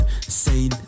sane